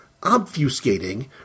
obfuscating